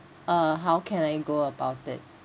uh how can I go about it